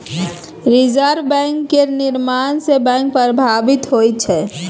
reserve bank केर निर्णय सँ बैंक प्रभावित होइ छै